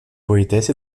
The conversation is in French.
poétesse